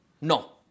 No